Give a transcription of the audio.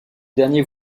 dernier